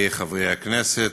תודה.